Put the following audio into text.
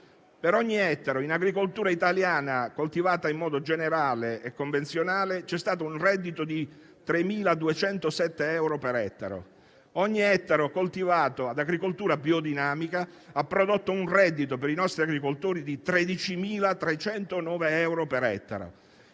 per ogni ettaro in agricoltura italiana coltivato in modo generale e convenzionale, c'è stato un reddito di 3.207; ogni ettaro coltivato ad agricoltura biodinamica ha prodotto un reddito per i nostri agricoltori di 13.309 euro. Il dato